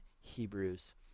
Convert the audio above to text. Hebrews